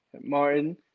Martin